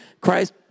Christ